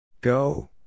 Go